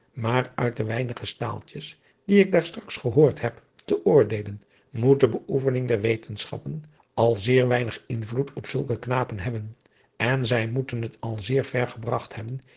maar uit de weinige staaltjes die ik daar straks gehoord heb te oordeelen moet de beoefening der wetenschappen al zeer weinig invloed op zulke knapen hebben en zij moeten het al zeer ver gebragt hebben